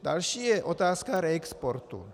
Další je otázka reexportu.